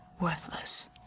worthless